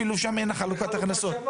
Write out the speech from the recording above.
אפילו שם אין חלוקת הכנסות.